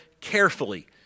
carefully